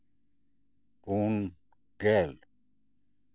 ᱯᱩᱱ ᱜᱮᱞ